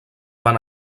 van